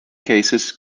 cases